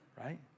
Right